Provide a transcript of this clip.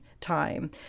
time